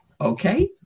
okay